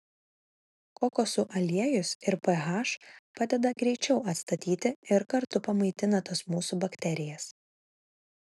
kokosų aliejus ir ph padeda greičiau atstatyti ir kartu pamaitina tas mūsų bakterijas